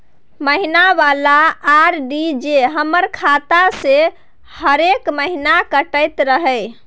महीना वाला आर.डी जे हमर खाता से हरेक महीना कटैत रहे?